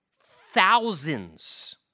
thousands